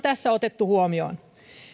tässä otettu huomioon